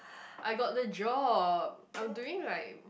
I got the job I'm doing like